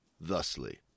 thusly